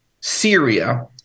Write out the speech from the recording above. Syria –